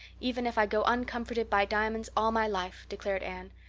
even if i go uncomforted by diamonds all my life, declared anne.